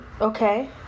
Okay